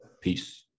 peace